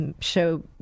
show